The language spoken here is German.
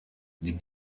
die